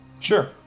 Sure